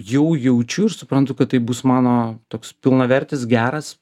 jau jaučiu ir suprantu kad tai bus mano toks pilnavertis geras